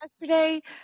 yesterday